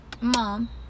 Mom